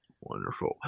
wonderful